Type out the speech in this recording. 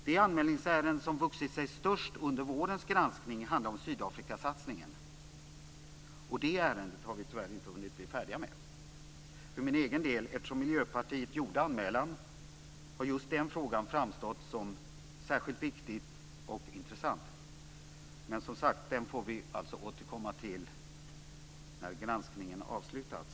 Det anmälningsärende som vuxit sig störst under vårens granskning handlar om Sydafrikasatsningen, och det ärendet har vi tyvärr inte hunnit bli färdiga med. För min egen del har just den frågan, eftersom Miljöpartiet gjorde anmälningen, framstått som särskilt viktig och intressant, men den får vi återkomma till när granskningen har avslutats.